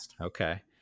Okay